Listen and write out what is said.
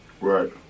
Right